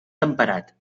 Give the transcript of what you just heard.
temperat